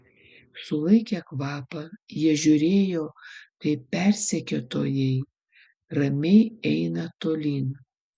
sulaikę kvapą jie žiūrėjo kaip persekiotojai ramiai eina tolyn